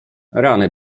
rany